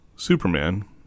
Superman